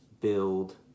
build